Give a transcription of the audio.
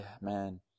man